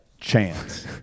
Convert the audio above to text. chance